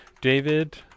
david